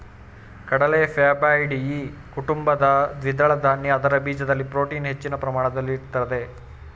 ಕಡಲೆ ಫ್ಯಾಬಾಯ್ಡಿಯಿ ಕುಟುಂಬದ ದ್ವಿದಳ ಧಾನ್ಯ ಅದರ ಬೀಜದಲ್ಲಿ ಪ್ರೋಟೀನ್ ಹೆಚ್ಚಿನ ಪ್ರಮಾಣದಲ್ಲಿರ್ತದೆ